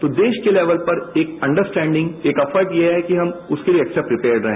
तो देश के लेवल पर एक अंडरस्टेडिंग एक एफर्ट यह है कि उसके लिए एक्स्ट्रा प्रीपेयर रहे